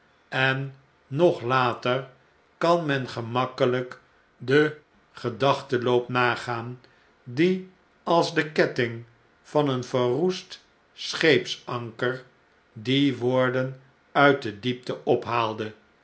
en nog later kan men gemakkelgk den gein londen en paeijs dachtenloop nagaan die als de kettingvan een verroest scheepsanker die woorden uit de diepte ophaalde